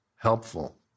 helpful